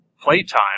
playtime